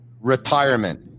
retirement